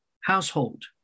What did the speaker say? household